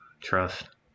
Trust